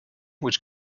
which